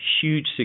huge